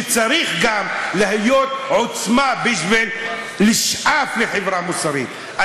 צריך גם עוצמה בשביל לשאוף להיות חברה מוסרית.